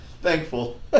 thankful